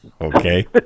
Okay